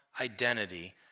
identity